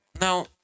now